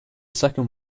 second